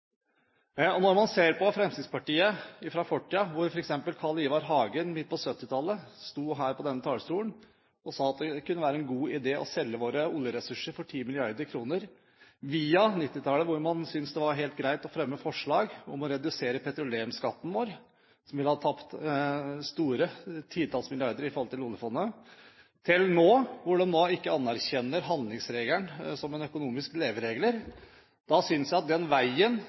Og når man ser på Fremskrittspartiet fra fortiden, f.eks. da Carl Ivar Hagen midt på 1970-tallet sto her på denne talerstolen og sa at det kunne være en god idé å selge våre oljeressurser for 10 mrd. kr, via 1990-tallet, da man syntes det var helt greit å fremme forslag om å redusere petroleumsskatten vår, som ville gjort at vi hadde tapt titalls milliarder kroner av oljefondet, til nå, når de altså ikke anerkjenner handlingsregelen som en økonomisk leveregel – da synes jeg at den veien